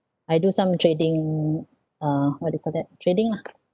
I do some trading uh what do you call that trading lah